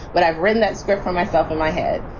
but i've written that script for myself in my head,